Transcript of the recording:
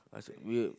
we